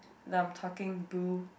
that I'm talking too